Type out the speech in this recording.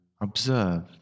observe